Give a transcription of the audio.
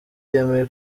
yemewe